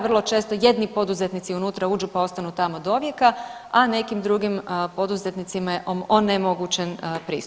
Vrlo često jedni poduzetnici unutra uđu pa ostanu tamo dovijeka, a nekim drugim poduzetnicima je onemogućen pristup.